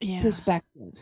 perspective